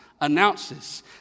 announces